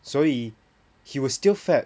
所以 he was still fat